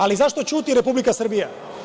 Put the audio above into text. Ali, zašto ćuti Republika Srbija?